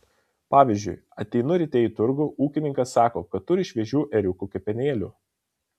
pavyzdžiui ateinu ryte į turgų ūkininkas sako kad turi šviežių ėriukų kepenėlių